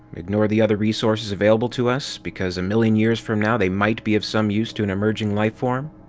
ignore the other resources available to us because a million years from now they might be of some use to an emerging lifeform?